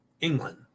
England